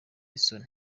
isoni